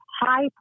high